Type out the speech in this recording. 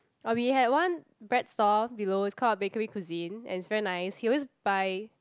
ah we had one bread stall below it's called Bakery Cuisine and it's very nice he always buy